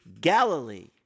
Galilee